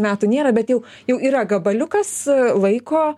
metų nėra bet jau jau yra gabaliukas laiko